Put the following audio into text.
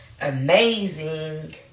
amazing